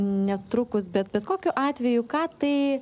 netrukus bet bet kokiu atveju ką tai